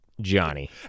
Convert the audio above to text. johnny